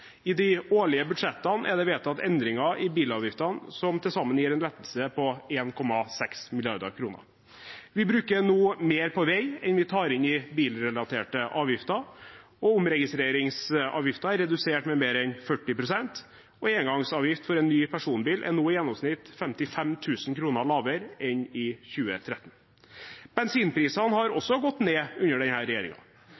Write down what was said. I de årlige budsjettene er det vedtatt endringer i bilavgiftene som til sammen gir en lettelse på 1,6 mrd. kr. Vi bruker nå mer på vei enn vi tar inn i bilrelaterte avgifter, omregistreringsavgiften er redusert med mer enn 40 pst., og engangsavgift for en ny personbil er nå i gjennomsnitt 55 000 kr lavere enn i 2013. Bensinprisene har